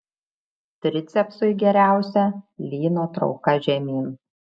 tricepsui geriausia lyno trauka žemyn